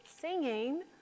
singing